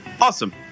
Awesome